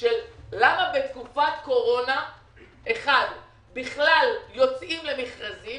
של למה בתקופת קורונה בכלל יוצאים למכרזים